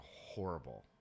horrible